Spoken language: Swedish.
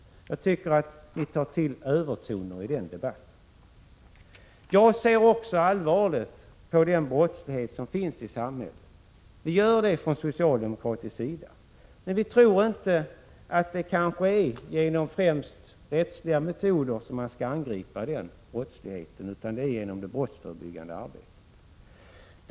Jag tycker att ni tar till överord i den debatten. Också jag ser allvarligt på den brottslighet som finns i samhället — vi gör det från socialdemokratins sida. Men vi tror inte att det är med främst rättsliga metoder man skall angripa den brottsligheten — det är genom det brottsförebyggande arbetet.